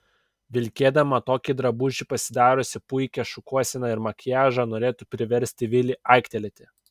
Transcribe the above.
vilkėdama tokį drabužį pasidariusi puikią šukuoseną ir makiažą norėtų priversti vilį aiktelėti